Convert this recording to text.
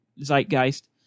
zeitgeist